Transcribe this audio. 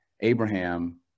Abraham